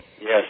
Yes